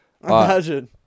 Imagine